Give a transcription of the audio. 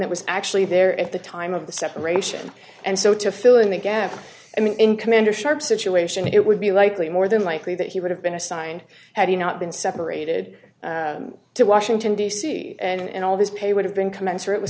that was actually there at the time of the separation and so to fill in the gap i mean in commander sharpe situation it would be likely more than likely that he would have been assigned had he not been separated to washington d c and all his pay would have been commensurate with